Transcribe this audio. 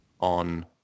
on